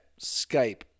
Skype